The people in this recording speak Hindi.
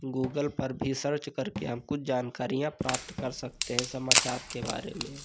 गूगल पर भी सर्च करके हम कुछ जानकारियाँ प्राप्त कर सकते हैं समाचार के बारे में